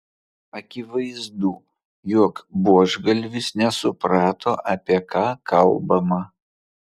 akivaizdu jog buožgalvis nesuprato apie ką kalbama